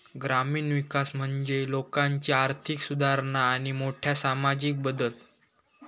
ग्रामीण विकास म्हणजे लोकांची आर्थिक सुधारणा आणि मोठे सामाजिक बदल